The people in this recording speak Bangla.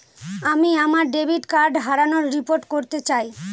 আমি আমার ডেবিট কার্ড হারানোর রিপোর্ট করতে চাই